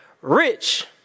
rich